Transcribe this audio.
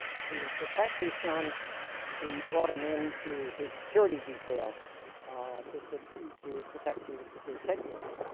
to protect his son he brought him into his security detail ah to so to protect his his headquarters.